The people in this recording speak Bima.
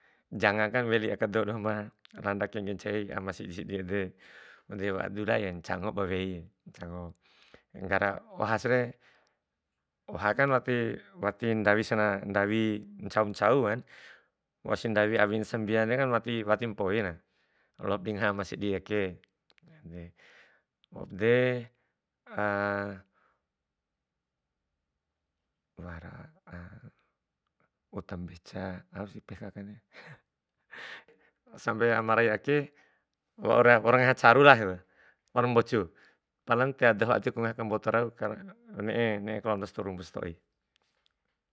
Janga ka weli aka dou doho ma landa aka kengge ncai am sidi sidi ede, waude wa'a dula ya ncango ba wei ncango, nggara oha sire, oha kan wati wati ndawi sena, ndawi, ndawi ncau ncau kan, wausi ndawi awi sambiakan wati watipu mpoina loap ngaha ama sidi ake wara aka uta mbeca, aus pehe akande sampai ama rai ake waura, waura ngaha caru lah, waura mbocu, palan tiwa dahu adeku ngaha kamboto rau ne'e- ne'e kalondo sarumbu satoi.